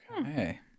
Okay